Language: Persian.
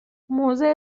موضع